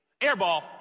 Airball